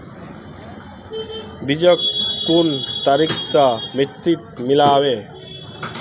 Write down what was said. बीजक कुन तरिका स मिट्टीत मिला बो